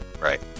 right